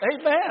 Amen